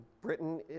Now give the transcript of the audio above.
Britain